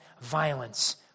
violence